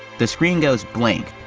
the screen goes blank,